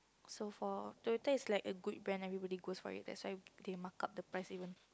so for Toyota it's like a good brand everyone goes for it that's why they mark up the price even